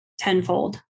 tenfold